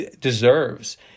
deserves